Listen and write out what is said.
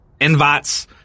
invites